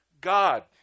God